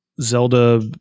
Zelda